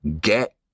Get